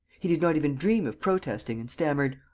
he did not even dream of protesting and stammered